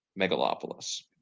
Megalopolis